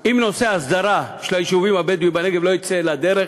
אם נושא ההסדרה של היישובים הבדואיים בנגב לא יצא לדרך,